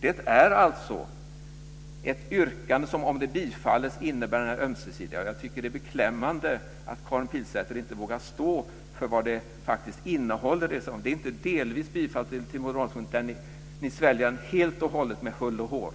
Det är alltså ett yrkande som, om det bifalls, innebär ömsesidighet. Jag tycker att det är beklämmande att Karin Pilsäter inte vågar stå för vad det faktiskt innehåller. Det är inte delvis bifall till moderatmotionen, utan ni sväljer den helt och hållet, med hull och hår.